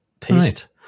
taste